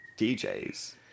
DJs